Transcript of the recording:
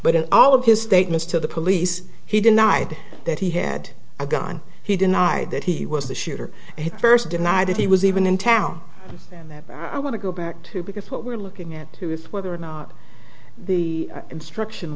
but in all of his statements to the police he denied that he had a gun he denied that he was the shooter and first denied that he was even in town and that i want to go back to because what we're looking at with whether or not the instruction